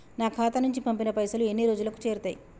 నా ఖాతా నుంచి పంపిన పైసలు ఎన్ని రోజులకు చేరుతయ్?